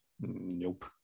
Nope